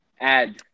add